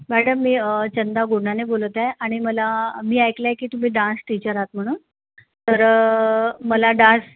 madam मी चंदा गोंडाने बोलत आहे आणि मला मी ऐकलं आहे की तुम्ही डान्स टीचर आहात म्हणून तर मला डान्स